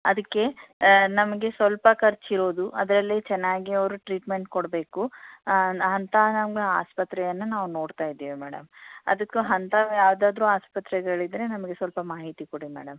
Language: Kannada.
ಅದಕ್ಕೆ ನಮಗೆ ಸ್ವಲ್ಪ ಖರ್ಚಿರೋದು ಅದರಲ್ಲೇ ಚೆನ್ನಾಗಿ ಅವರ ಟ್ರೀಟ್ಮೆಂಟ್ ಕೊಡಬೇಕು ಅಂಥ ನಮ್ಮ ಆಸ್ಪತ್ರೆಯನ್ನು ನಾವು ನೋಡ್ತಾ ಇದ್ದೀವಿ ಮೇಡಮ್ ಅದಕ್ಕೆ ಅಂಥವೇ ಯಾವುದಾದರೂ ಆಸ್ಪತ್ರೆಗಳಿದ್ದರೆ ನಮಗೆ ಸ್ವಲ್ಪ ಮಾಹಿತಿ ಕೊಡಿ ಮೇಡಮ್